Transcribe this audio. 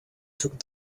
took